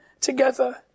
together